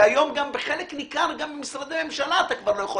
והיום גם בחלק ניכר ממשרדי הממשלה אתה כבר לא יכול